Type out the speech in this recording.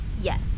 Yes